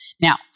Now